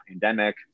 pandemic